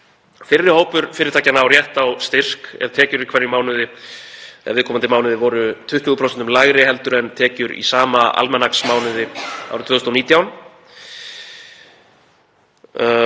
Fyrri hópur fyrirtækjanna á rétt á styrk ef tekjur í viðkomandi mánuði voru 20% lægri en tekjur í sama almanaksmánuði árið 2019.